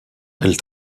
elle